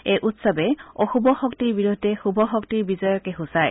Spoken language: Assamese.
এই উৎসৱে অশুভ শক্তিৰ বিৰুদ্ধে শুভ শক্তিৰ বিজয়কে সূচায়